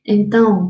Então